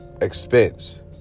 expense